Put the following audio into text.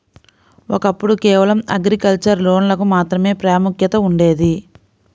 ఒకప్పుడు కేవలం అగ్రికల్చర్ లోన్లకు మాత్రమే ప్రాముఖ్యత ఉండేది